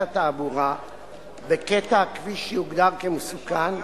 התעבורה בקטע הכביש שיוגדר כמסוכן,